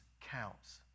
counts